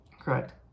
Correct